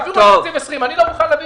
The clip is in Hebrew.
תעבירו את תקציב 2020. אני לא מוכן להעביר